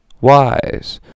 wise